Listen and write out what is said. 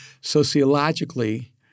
sociologically